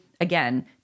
again